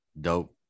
dope